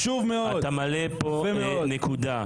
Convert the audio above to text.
אתה מעלה פה נקודה.